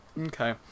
Okay